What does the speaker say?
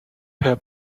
per